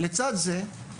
לצד זה,